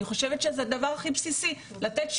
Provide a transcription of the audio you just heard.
אני חושבת שזה הדבר הכי בסיסי שיהיה לי מתורגמן נורמלי,